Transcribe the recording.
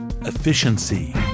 efficiency